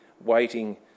waiting